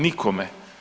Nikome.